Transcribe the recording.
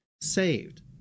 saved